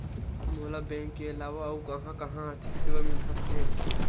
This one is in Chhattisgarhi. मोला बैंक के अलावा आऊ कहां कहा आर्थिक सेवा मिल सकथे?